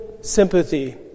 sympathy